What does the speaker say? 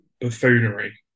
buffoonery